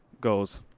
Goes